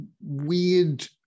weird